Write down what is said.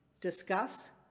discuss